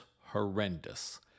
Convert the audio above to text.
horrendous